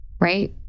right